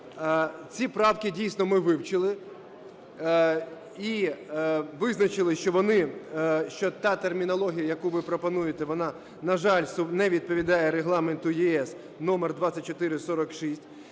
Ці правки, дійсно, ми вивчили. І визначили, що вони, що та термінологія, яку ви пропонуєте, вона, на жаль, не відповідає Регламенту ЄС №2446.